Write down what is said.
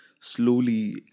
Slowly